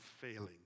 failing